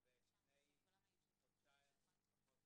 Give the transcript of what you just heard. לפני חודשיים או פחות